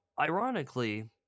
ironically